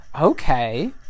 Okay